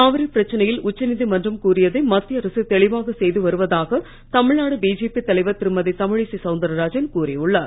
காவிரி பிரச்சனையில் உச்சநீதிமன்றம் கூறியதை மத்திய அரசு தெளிவாகச் செய்து வருவதாக தமிழ்நாடு பிஜேபி தலைவர் திருமதி தமிழிசை சவுந்தராஜன் கூறியுள்ளார்